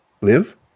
Live